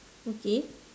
okay